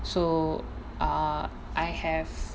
so ah I have